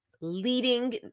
leading